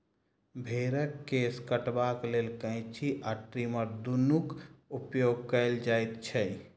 भेंड़क केश कटबाक लेल कैंची आ ट्रीमर दुनूक उपयोग कयल जाइत छै